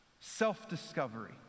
self-discovery